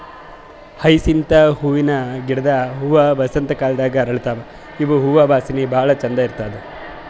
hyacinth ಹೂವಿನ ಗಿಡದ್ ಹೂವಾ ವಸಂತ್ ಕಾಲದಾಗ್ ಅರಳತಾವ್ ಇವ್ ಹೂವಾ ವಾಸನಿ ಭಾಳ್ ಛಂದ್ ಇರ್ತದ್